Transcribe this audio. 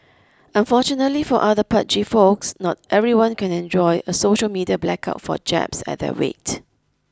unfortunately for other pudgy folks not everyone can enjoy a social media blackout for jabs at their weight